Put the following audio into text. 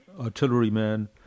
artilleryman